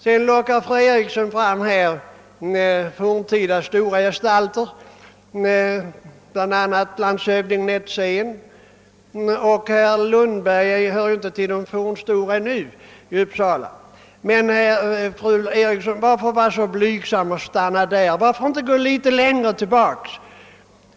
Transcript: Sedan drog fru Eriksson fram några forntida, stora gestalter, bl.a. landshövding Netzén. Hon nämnde också herr Lundberg — som ju ännu inte hör till de fornstora. Men varför vara så blygsam, fru Eriksson? Varför inte gå litet längre tillbaka?